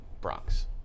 Bronx